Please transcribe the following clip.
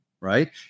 right